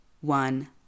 one